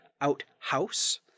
outhouse